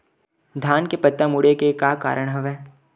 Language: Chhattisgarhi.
धान के पत्ता मुड़े के का कारण हवय?